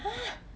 !huh!